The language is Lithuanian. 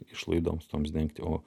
išlaidoms toms dengti o